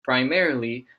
primarily